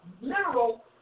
literal